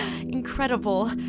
Incredible